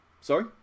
Sorry